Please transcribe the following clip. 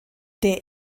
der